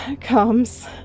comes